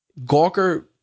Gawker